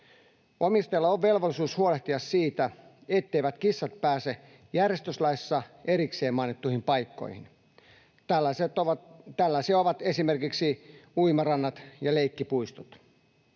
Omistajalla on velvollisuus huolehtia siitä, etteivät kissat pääse järjestyslaissa erikseen mainittuihin paikkoihin. Tällaisia ovat esimerkiksi uimarannat ja leikkipuistot.